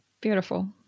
Beautiful